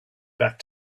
back